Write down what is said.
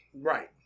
Right